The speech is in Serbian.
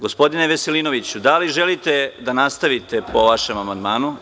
Gospodine Veselinoviću, da li želite da nastavite po vašem amandmanu?